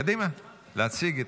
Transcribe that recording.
קדימה, להציג את